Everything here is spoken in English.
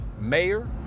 mayor